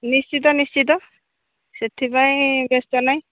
ନିଶ୍ଚିତ ନିଶ୍ଚିତ ସେଥିପାଇଁ ବ୍ୟସ୍ତ ନାହିଁ